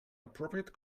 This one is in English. appropriate